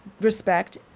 respect